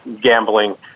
gambling